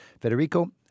Federico